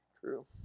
True